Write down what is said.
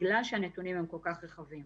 בגלל שהנתונים הם כל כך רחבים.